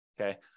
okay